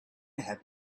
have